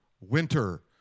winter